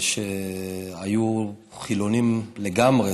שהיו חילונים לגמרי,